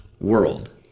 world